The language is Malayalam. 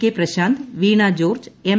K Prashanth Veena George M